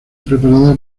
preparada